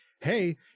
hey